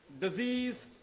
disease